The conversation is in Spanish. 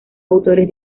autores